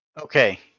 Okay